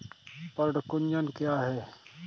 पर्ण कुंचन क्या है?